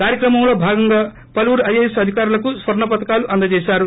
కార్యక్రమంలో భాగంగా పలువురు ఐఏఎస్ అధికారులకు స్వర్ణపతకాలు అందజేశారు